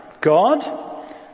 God